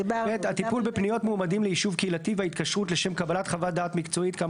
הטיפול בפניות מועמדים ליישוב קהילתי בהתקשרות לשם קבלת חוות דעת מקצועית,